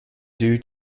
due